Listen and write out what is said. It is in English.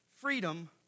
freedom